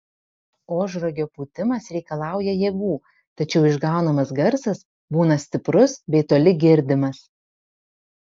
ožragio pūtimas reikalauja jėgų tačiau išgaunamas garsas būna stiprus bei toli girdimas